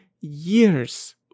years